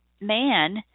man